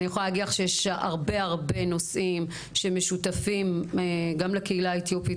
אני יכולה להגיד לך שיש הרבה נושאים שמשותפים גם לקהילה האתיופית